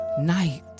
night